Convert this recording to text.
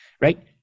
right